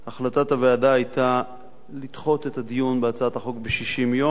החלטת הוועדה היתה לדחות את הדיון בהצעת החוק ב-60 יום,